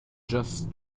just